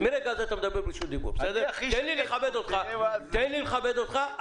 תן לי לכבד אותך.